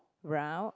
round